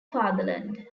fatherland